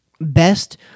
best